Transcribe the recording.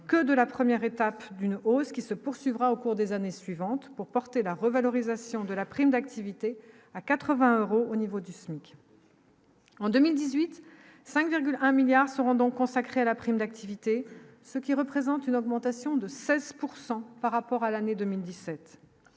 que de la 1ère étape d'une hausse qui se poursuivra au cours des années suivantes pour porter la revalorisation de la prime d'activité à 80 euros, au niveau du SMIC. En 2018, 5,1 milliards seront donc consacrés à la prime d'activité, ce qui représente une augmentation de 16 pourcent par rapport à l'année 2017